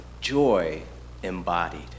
joy-embodied